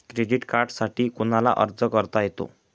Credit कार्डसाठी कोणाला अर्ज करता येतो?